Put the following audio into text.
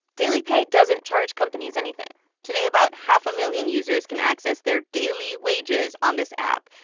dailypay doesn't charge companies anything today, about half a million users can access their daily wages on this app,